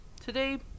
Today